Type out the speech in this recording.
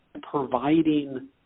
providing